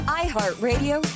iHeartRadio